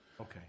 Okay